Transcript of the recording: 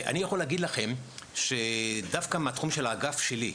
אני יכול להגיד לכם שדווקא מהתחום של האגף שלי,